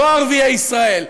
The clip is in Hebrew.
לא ערביי ישראל,